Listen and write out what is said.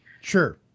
sure